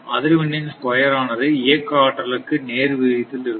அதிர்வெண்ணின் ஸ்கொயர் ஆனது இயக்க ஆற்றலுக்கு நேர்விகிதத்தில் இருக்கும்